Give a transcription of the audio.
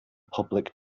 public